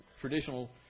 Traditional